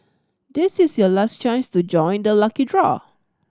this is your last chance to join the lucky draw